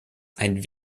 ein